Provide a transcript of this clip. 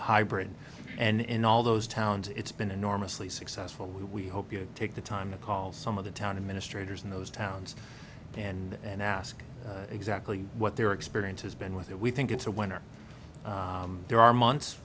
higher hybrid and in all those towns it's been enormously successful we hope you take the time to call some of the town administrators in those towns and ask exactly what their experience has been with it we think it's a winner there are months